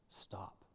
stop